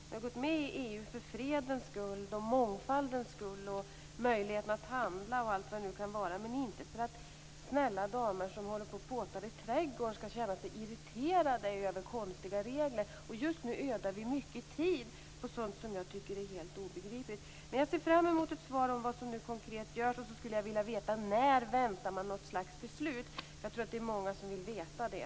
Vi har gått med i EU för fredens skull, mångfaldens skull, möjligheterna att handla och allt vad det nu kan vara, men inte för att snälla damer som håller på att påta i trädgården skall känna sig irriterade över konstiga regler. Just nu ödar vi mycket tid på sådant som jag tycker är helt obegripligt. Jag ser fram emot ett svar om vad som nu konkret görs. Jag skulle också vilja veta när man väntar något slags beslut. Jag tror att det är väldigt många som vill veta det.